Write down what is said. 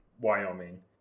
Wyoming